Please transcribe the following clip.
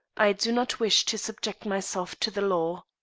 i do not wish to subject myself to the law.